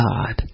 God